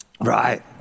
Right